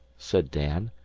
said dan.